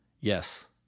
Yes